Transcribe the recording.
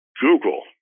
Google